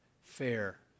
fair